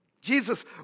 Jesus